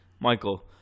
Michael